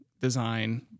design